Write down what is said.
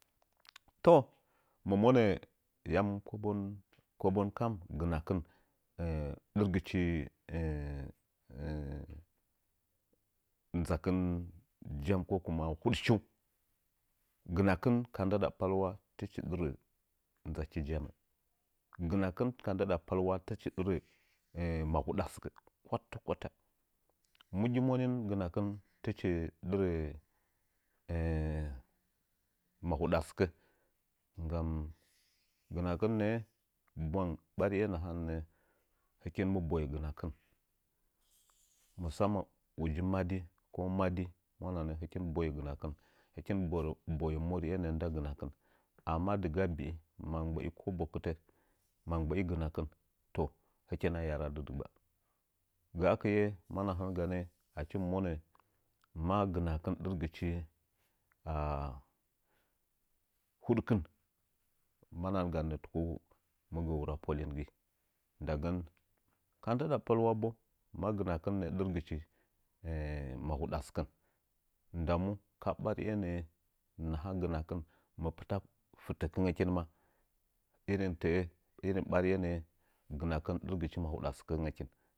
To mɨ monə yam kobon? Kobon kam, gɨnakɨn dɨrgɨchi nzakɨn jam ko kuma huɗchiu? Hɨnakɨn ka ndɨɗa palwa tɨchi dɨrə nzachi jam. Ginakɨn ka ndɨɗa palwa tɨchi ɗɨrə mahuɗa sɨkə kwatakwata. Mu gi munin gɨnakɨn tɨchi dɨrə mahuɗa səkə? Nggam gɨnakɨn nə’ə bwang ɓarinye nahannə hɨkin mɨ boye gɨnakɨn masamman uji madi ko madi mwananə hɨkin mɨ boye gɨnakɨn, amma dɨga bii, ma mgbəi kobokitə, mamybə’ gɨnakɨn, hɨkina yaradɨ dɨggba. Gaakɨ’e ma nahan ganə, ma gɨbakɨn dɨrgɨchi huɗkɨn, ma nahan ganə mɨ gə wura polin gɨ. Ndagən, ka ndɨɗa palwa, bo, ma ginakɨn nə’ə dɨrgɨchi mahuɗa sɨkən. Ndamu ma ɓariye nə’ə naha gɨnakɨn, mɨ pɨta fɨtəkɨngəkin maa, irin tə’ə, irin ɓariye nə’ə gɨnakɨn dɨrgɨchi mahuda sɨkəngəkin.